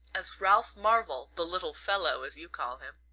as ralph marvell the little fellow, as you call him.